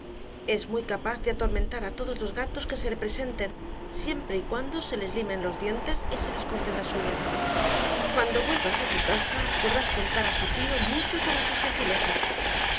es muy capaz de atormentar a todos los gatos que se le presenten siempre y cuando se les limen los dientes y se les corten las uñas cuándo vuelvas a tu casa podrás contar a su tío mucho sobre sus gentilezas